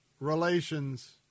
relations